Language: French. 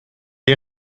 est